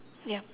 ya